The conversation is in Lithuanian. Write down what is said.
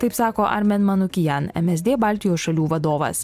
taip sako armen manukian em es dė baltijos šalių vadovas